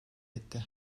etti